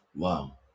Wow